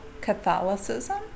Catholicism